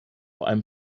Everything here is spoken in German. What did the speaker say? einem